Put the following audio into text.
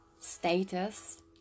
status